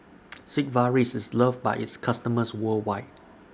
Sigvaris IS loved By its customers worldwide